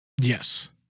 Yes